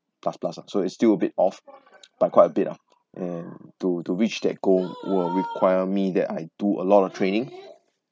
plus plus so it's still a bit off but quite a bit ah and to to reach that goal will require me that I do a lot of training